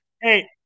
Hey